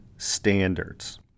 standards